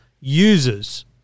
users